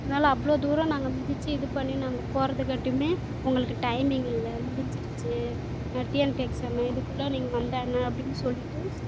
இருந்தாலும் அவ்வளோ தூரம் நாங்கள் மிதித்து இது பண்ணி நாங்கள் போகிறதுக்கு காட்டியும் உங்களுக்கு டைமிங் இல்லை முடிஞ்சுருச்சி டிஎன்பிசி எக்சாமு இதுக்குள்ள நீங்கள் வந்தால் என்ன அப்படினு சொல்லிகிட்டு